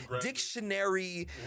dictionary